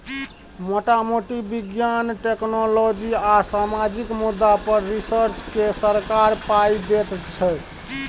मोटा मोटी बिज्ञान, टेक्नोलॉजी आ सामाजिक मुद्दा पर रिसर्च केँ सरकार पाइ दैत छै